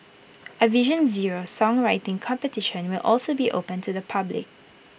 A vision zero songwriting competition will also be open to the public